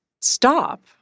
stop